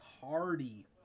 Hardy